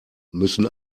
müssen